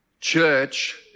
church